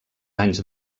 anys